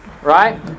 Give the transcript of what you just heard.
Right